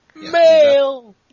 mail